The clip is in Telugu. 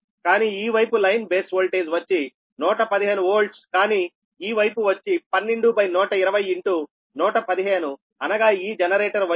కానీ ఈ వైపు లైన్ బేస్ వోల్టేజ్ వచ్చి 115 V కానీ ఈ వైపు వచ్చి 12120115అనగా ఈ జనరేటర్ వైపు 11